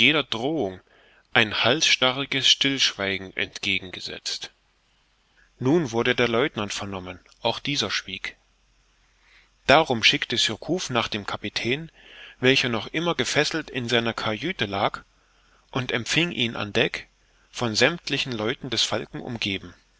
jeder drohung ein halsstarriges stillschweigen entgegengesetzt nun wurde der lieutenant vernommen auch dieser schwieg darum schickte surcouf nach dem kapitän welcher noch immer gefesselt in seiner kajüte lag und empfing ihn an deck von sämmtlichen leuten des falken umgeben